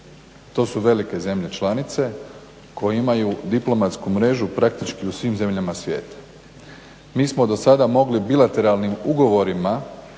To su velike zemlje članice koje imaju diplomatsku mrežu praktički u svim zemljama svijeta. Mi smo do sada mogli bilateralnim ugovorima